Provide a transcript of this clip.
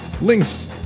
links